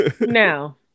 Now